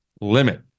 limit